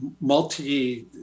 multi